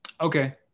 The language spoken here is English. Okay